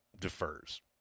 defers